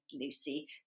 Lucy